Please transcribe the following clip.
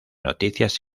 noticias